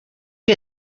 que